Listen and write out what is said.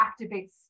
activates